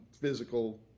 physical